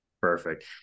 Perfect